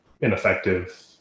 ineffective